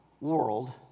world